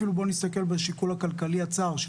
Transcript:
אפילו בוא נסתכל בשיקול הכלכלי הצר של